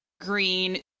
green